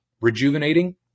rejuvenating